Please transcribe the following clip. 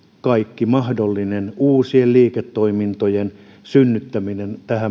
kaikki mahdollinen uusien liiketoimintojen synnyttäminen